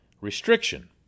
restriction